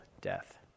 death